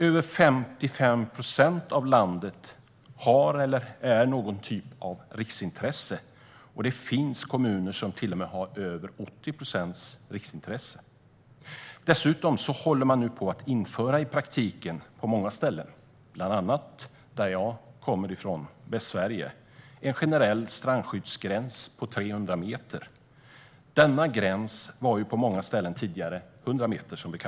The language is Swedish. Över 55 procent av landet är någon typ av riksintresse, och det finns kommuner där 80 procent är riksintresse. Dessutom håller man nu på många ställen, bland annat i Västsverige som jag kommer från, i praktiken på att införa en generell strandskyddsgräns på 300 meter. Denna gräns var, som bekant, på många ställen tidigare 100 meter.